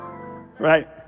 Right